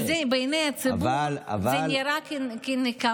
אבל, כי בעיני הציבור, זה נראה כנקמה.